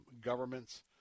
governments